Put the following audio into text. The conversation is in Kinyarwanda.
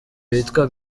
witwa